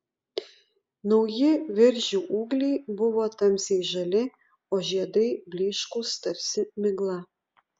nauji viržių ūgliai buvo tamsiai žali o žiedai blyškūs tarsi migla